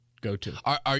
Go-to